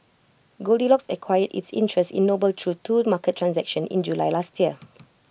goldilocks acquired its interest in noble through two market transactions in July last year